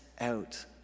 out